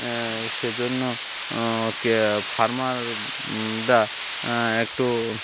সেজন্য ক ফার্মাররা একটু